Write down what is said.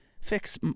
Fix